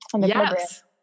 Yes